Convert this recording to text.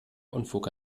unfug